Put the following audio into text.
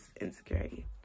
insecurity